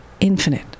infinite